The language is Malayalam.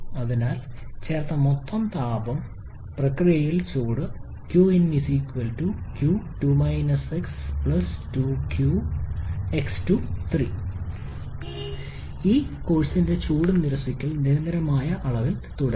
അതിനാൽ ചേർത്ത മൊത്തം താപം പ്രക്രിയയിൽ ചൂട് ചേർക്കും 𝑞𝑖𝑛 𝑞2−𝑥 𝑞𝑥−3 കോഴ്സിന്റെ ചൂട് നിരസിക്കൽ നിരന്തരമായ അളവിൽ തുടരും